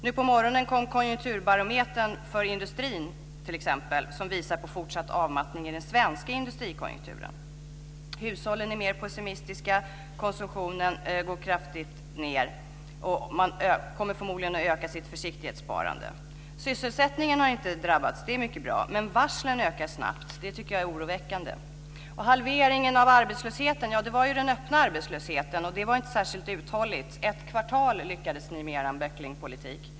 Nu på morgonen kom t.ex. konjunkturbarometern för industrin, som visar på fortsatt avmattning i den svenska industrikonjunkturen. Hushållen är mer pessimistiska. Konsumtionen går kraftigt ned och man kommer förmodligen att öka sitt försiktighetssparande. Sysselsättningen har inte drabbats. Det är mycket bra. Men varslen ökar snabbt. Det tycker jag är oroväckande. Halveringen av arbetslösheten - ja, det var ju den öppna arbetslösheten det gällde. Och det var inte särskilt uthålligt. Ett kvartal lyckades ni med er böcklingpolitik.